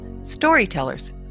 storytellers